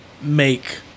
make